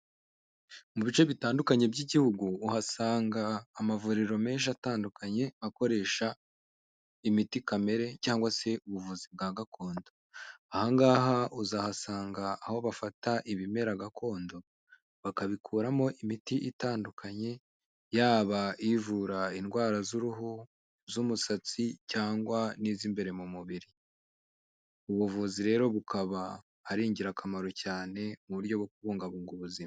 Mu bice bitandukanye by'igihugu uhasanga amavuriro menshi atandukanye akoresha imiti kamere cyangwa se ubuvuzi bwa gakondo, ahangaha uzahasanga aho bafata ibimera gakondo bakabikuramo imiti itandukanye yaba ivura indwara z'uruhu, z'umusatsi cyangwa n'iz'imbere mu mubiri. Ubuvuzi rero bukaba ari ingirakamaro cyane mu buryo bwo kubungabunga ubuzima.